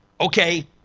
okay